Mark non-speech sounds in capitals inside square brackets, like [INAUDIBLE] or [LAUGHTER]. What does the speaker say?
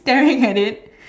[LAUGHS] staring at it